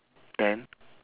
then